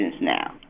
now